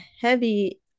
heavy